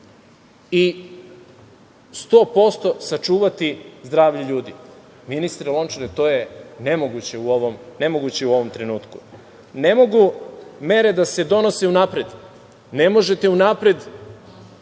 i 100% sačuvati zdravlje ljudi. Ministre Lončar, to je nemoguće u ovom trenutku. Ne mogu mere da se donose unapred, ne možete unapred